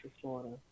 Florida